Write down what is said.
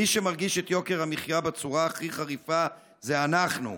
מי שמרגיש את יוקר המחיה בצורה הכי חריפה זה אנחנו,